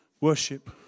Worship